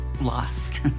lost